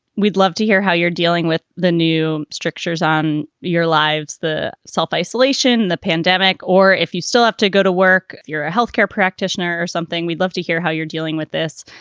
we'd love to hear how you're dealing with the new strictures on your lives. the self-isolation, the pandemic, or if you still have to go to work, if you're a health care practitioner or something. we'd love to hear how you're dealing with this.